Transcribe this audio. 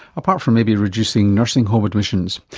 apart from maybe reducing nursing home admissions.